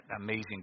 amazing